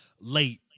late